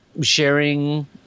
sharing